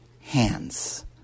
hands